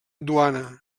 duana